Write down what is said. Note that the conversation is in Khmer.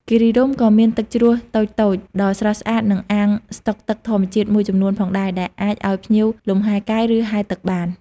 គិរីរម្យក៏មានទឹកជ្រោះតូចៗដ៏ស្រស់ស្អាត និងអាងស្តុកទឹកធម្មជាតិមួយចំនួនផងដែរ ដែលអាចឲ្យភ្ញៀវលំហែកាយ ឬហែលទឹកបាន។